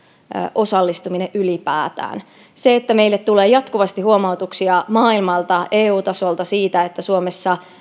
osallistuminen ylipäätään meille tulee jatkuvasti huomautuksia maailmalta eu tasolta siitä että suomessa